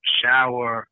shower